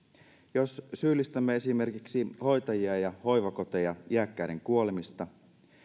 jos syyllistämme esimerkiksi hoitajia ja hoivakoteja iäkkäiden kuolemista